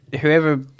whoever